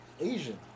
Asian